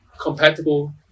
compatible